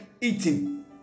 eating